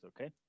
okay